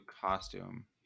costume